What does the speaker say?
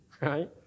right